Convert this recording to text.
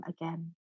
again